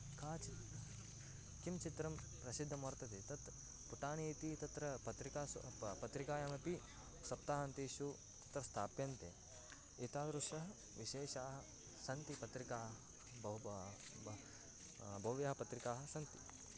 काचित् किं चित्रं प्रसिद्धं वर्तते तत् पुटानि इति तत्र पत्रिकासु प पत्रिकायामपि सप्ताहान्तेषु तत् स्थाप्यन्ते एतादृशाः विशेषाः सन्ति पत्रिकाः बव् ब भव्याः पत्रिकाः सन्ति